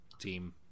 team